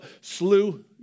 slew